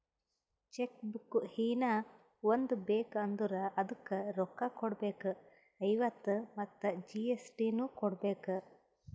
check book ಹೀನಾ ಒಂದ್ ಬೇಕ್ ಅಂದುರ್ ಅದುಕ್ಕ ರೋಕ್ಕ ಕೊಡ್ಬೇಕ್ ಐವತ್ತ ಮತ್ ಜಿ.ಎಸ್.ಟಿ ನು ಕೊಡ್ಬೇಕ್